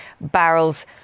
barrels